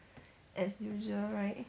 as usual right